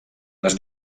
les